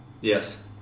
Yes